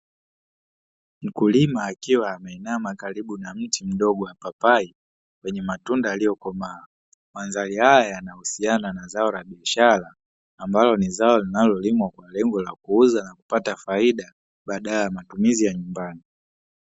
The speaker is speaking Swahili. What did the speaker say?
Mkulima akiwa ameinama karibu na mti mdogo wa mpapai wenye matunda yaliyokomaa. Mandhari haya yanahusiana na zao la biashara ambalo ni zao linalolimwa kwa lengo la kuuza na kupata faida badala ya matumizi ya nyumbani.